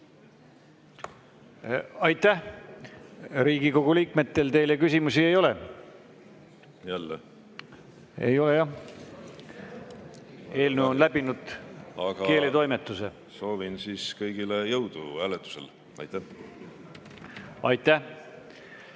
Aitäh! Riigikogu liikmetel teile küsimusi ei ole. Jälle! Jälle! Ei ole jah! Eelnõu on läbinud keeletoimetuse. Aga soovin siis kõigile jõudu hääletusel. Aitäh! Aga